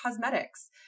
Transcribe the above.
cosmetics